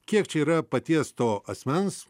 kiek čia yra paties to asmens